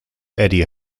eddie